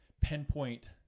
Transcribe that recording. pinpoint